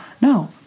no